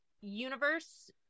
universe